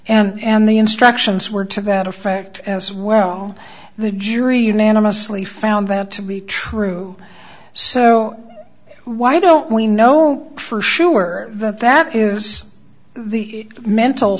kill and the instructions were to that effect as well the jury unanimously found that to be true so why don't we know for sure that that is the mental